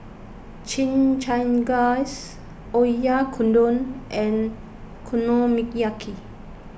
Chimichangas Oyakodon and Okonomiyaki